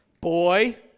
Boy